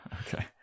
Okay